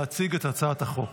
להציג את הצעת החוק.